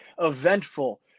eventful